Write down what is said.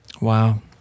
Wow